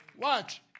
Watch